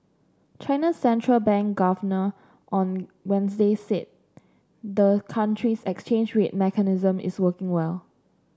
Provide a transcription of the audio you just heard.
China's central bank governor on Wednesday said the country's exchange rate mechanism is working well